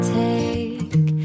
take